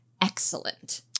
excellent